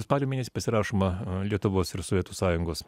spalio mėnesį pasirašoma lietuvos ir sovietų sąjungos